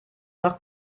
nach